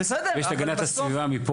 יש את הגנת הסביבה.